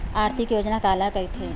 आर्थिक योजना काला कइथे?